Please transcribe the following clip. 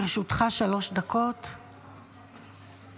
לרשותך שלוש דקות, בבקשה.